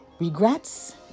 Regrets